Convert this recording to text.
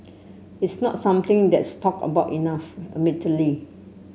it's not something that's talked about enough admittedly